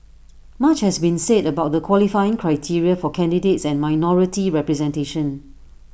much has been said about the qualifying criteria for candidates and minority representation